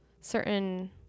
certain